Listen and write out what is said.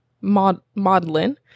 maudlin